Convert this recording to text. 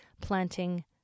planting